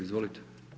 Izvolite.